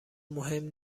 مهم